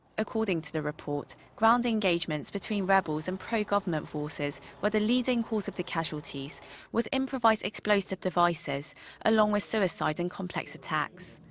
according to the report, ground engagements between rebels and pro-government forces were the leading cause of the casualties with improvised explosive devices along with suicide and complex attacks.